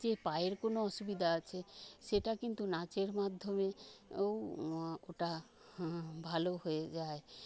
যে পায়ের কোনো অসুবিধা আছে সেটা কিন্তু নাচের মাধ্যমে ওটা ভালো হয়ে যায়